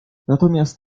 natomiast